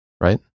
right